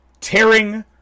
tearing